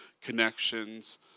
connections